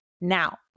Now